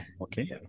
Okay